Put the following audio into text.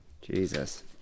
Jesus